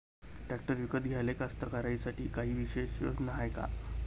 Tractor विकत घ्याले कास्तकाराइसाठी कायी विशेष योजना हाय का?